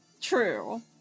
True